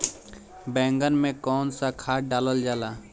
बैंगन में कवन सा खाद डालल जाला?